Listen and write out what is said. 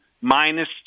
minus